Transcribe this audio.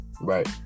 Right